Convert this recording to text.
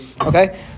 Okay